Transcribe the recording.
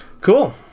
cool